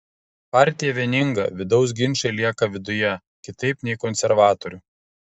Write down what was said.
partija vieninga vidaus ginčai lieka viduje kitaip nei konservatorių